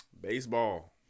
Baseball